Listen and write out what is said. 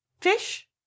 fish